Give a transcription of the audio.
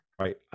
Right